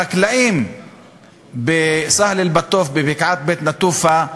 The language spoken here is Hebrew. החקלאים בסהל-אלבטוף, בבקעת בית-נטופה,